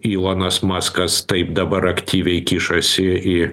ylonas maskas taip dabar aktyviai kišasi į